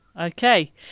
Okay